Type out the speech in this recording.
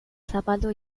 zapaldua